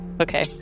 Okay